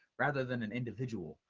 rather than an individual.